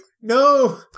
No